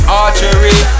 archery